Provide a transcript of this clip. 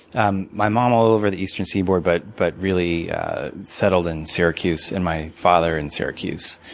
um my mom all over the eastern seaboard but but really settled in syracuse. and my father in syracuse.